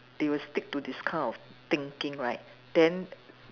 they will stick to this kind of thinking right then